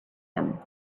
him